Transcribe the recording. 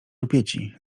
rupieci